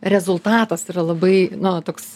rezultatas yra labai nu toks